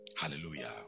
Hallelujah